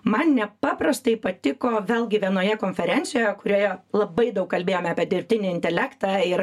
man nepaprastai patiko vėlgi vienoje konferencijoje kurioje labai daug kalbėjome apie dirbtinį intelektą ir